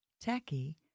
Tacky